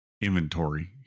inventory